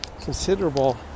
considerable